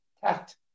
tact